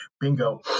bingo